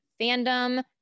fandom